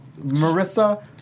Marissa